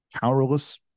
powerless